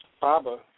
Baba